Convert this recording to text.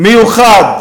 מיוחד